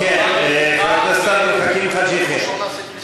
חבר הכנסת עבד אל חכים חאג' יחיא,